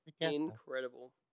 incredible